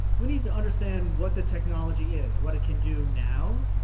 we need to understand what the technology is, what it can do now,